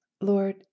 Lord